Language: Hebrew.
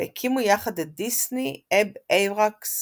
והקימו יחד את "דיסני-אב אייוורקס